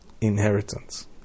inheritance